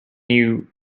you